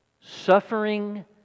Suffering